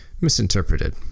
misinterpreted